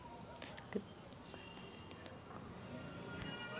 Credit कार्डात कितीक रक्कम असाले पायजे?